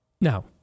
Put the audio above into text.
Now